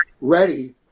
ready